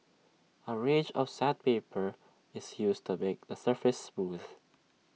A range of sandpaper is used to make the surface smooth